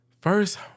First